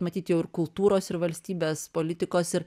matyt jau ir kultūros ir valstybės politikos ir